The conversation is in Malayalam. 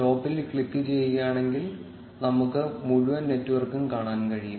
സ്റ്റോപ്പിൽ ക്ലിക്കുചെയ്യുകയാണെങ്കിൽ നമുക്ക് മുഴുവൻ നെറ്റ്വർക്കും കാണാൻ കഴിയും